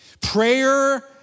Prayer